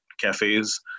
cafes